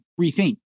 rethink